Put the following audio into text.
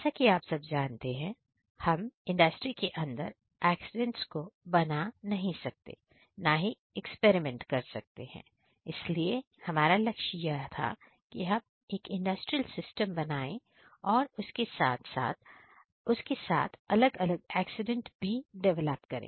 जैसा की आप सब जानते है कि हम इंडस्ट्री के अंदर एक्सीडेंट्स को बना नहीं सकते ना ही एक्सपेरिमेंट कर सकते हैं इसलिए हमारा लक्ष्य यह था कि हम एक इंडस्ट्रियल सिस्टम बनाए और उसके साथ अलग अलग एक्सीडेंट भी डिवेलप करें